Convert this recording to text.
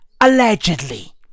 Allegedly